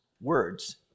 words